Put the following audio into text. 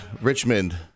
richmond